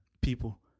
people